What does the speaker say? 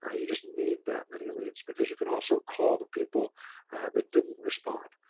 ah you just need that many leads because you can also call the people that didn't respond.